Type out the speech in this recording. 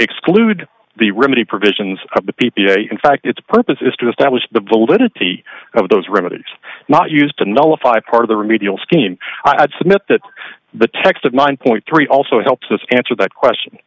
exclude the remedy provisions of the p p a in fact its purpose is to establish the validity of those remedies not used to nullify part of the remedial scheme i'd submit that the text of one point three also helps us answer that question